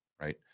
right